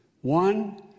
One